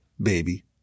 baby